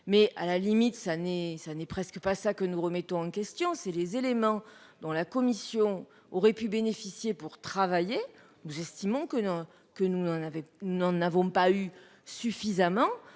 mais à la limite ça n'est, ça n'est presque pas ça que nous remettons en question, c'est les éléments dans la commission aurait pu bénéficier pour travailler. Nous estimons que nous que nous en avait n'en avons pas eu suffisamment